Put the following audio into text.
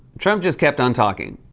trump just kept on talking.